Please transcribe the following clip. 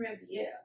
review